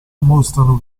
mostrano